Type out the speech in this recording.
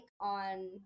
on